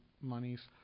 monies